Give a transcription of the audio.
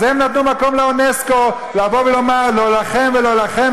אז הם נתנו מקום לאונסק"ו לומר: לא לכם ולא לכם,